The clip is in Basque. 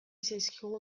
zaizkigu